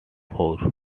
four